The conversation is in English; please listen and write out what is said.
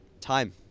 time